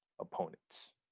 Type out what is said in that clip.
opponents